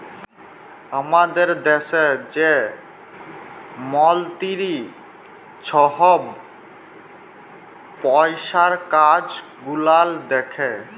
আমাদের দ্যাশে যে মলতিরি ছহব পইসার কাজ গুলাল দ্যাখে